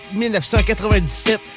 1997